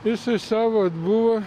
jisai savo atbuvo